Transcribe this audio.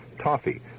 toffee